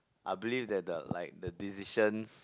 I believe that the like the decisions